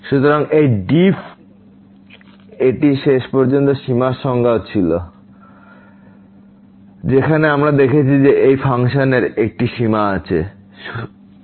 সুতরাং এই ডিফ এটি শেষ পর্যন্ত সীমার সংজ্ঞাও ছিল যেখানে আমরা দেখেছি যে এই ফাংশনের একটি সীমা আছে l